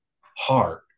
heart